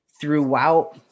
throughout